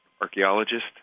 archaeologist